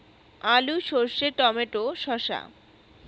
আলু সর্ষে টমেটো শসা